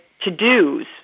to-dos